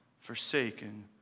forsaken